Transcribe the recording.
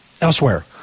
elsewhere